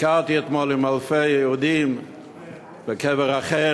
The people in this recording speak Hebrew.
ביקרתי אתמול עם אלפי יהודים בקבר רחל.